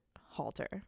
halter